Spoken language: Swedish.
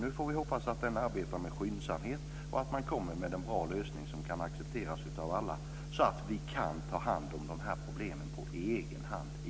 Vi får hoppas att den arbetar skyndsamt och att man kommer med en bra lösning som kan accepteras av alla, så att vi kan ta hand om problemen på egen hand i